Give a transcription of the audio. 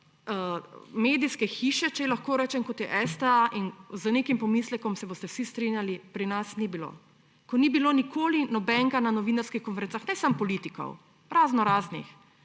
medijske hiše, če ji lahko rečem, kot je STA – in z nekim pomislekom se boste vsi strinjali – pri nas ni bilo. Ko ni bilo nikoli nobenega na novinarskih konferencah, ne samo politikov, raznoraznih